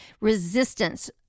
resistance